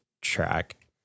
track